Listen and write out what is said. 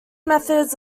methods